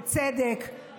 בצדק,